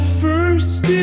first